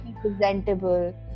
presentable